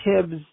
Tibbs